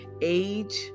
age